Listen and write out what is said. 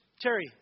Terry